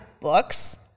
books